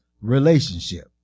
relationship